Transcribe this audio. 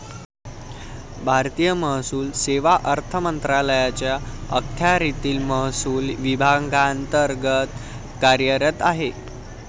भारतीय महसूल सेवा अर्थ मंत्रालयाच्या अखत्यारीतील महसूल विभागांतर्गत कार्यरत आहे